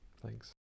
thanks